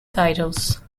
titles